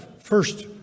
first